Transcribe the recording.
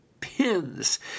pins